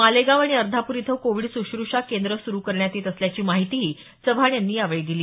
मालेगाव आणि अर्धापूर इथं कोविड सुश्रुषा केंद्र सुरु करण्यात येत असल्याची माहिती चव्हाण यांनी दिली